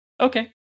Okay